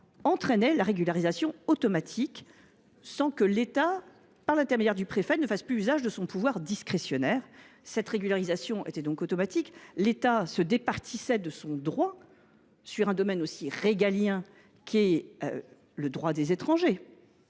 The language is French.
entraînait la régularisation automatique, sans que l’État, par l’intermédiaire du préfet, fasse usage de son pouvoir discrétionnaire. Cette régularisation était donc automatique, l’État se départait de son droit, dans un domaine aussi régalien que le droit des étrangers.